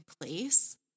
place